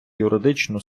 юридичну